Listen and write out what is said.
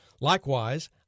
Likewise